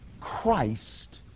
Christ